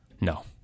No